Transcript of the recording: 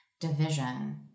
...division